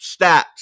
stats